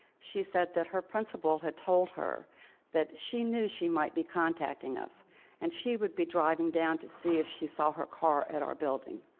she said that her principal had told her that she knew she might be contacting us and she would be driving down to see if she saw her car at our building.